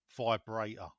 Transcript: vibrator